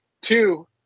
two